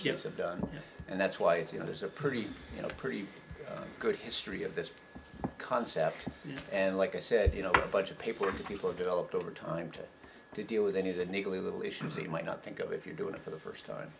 ships have done and that's why it's you know there's a pretty you know pretty good history of this concept and like i said you know a bunch of paper people are developed over time to deal with any of the need a little issues that you might not think of if you're doing it for the first time